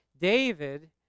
David